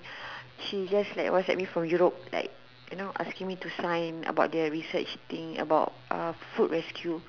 she just WhatsApp me from Europe like you know asking me to sign about their research thing about food rescue